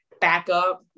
backup